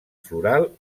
floral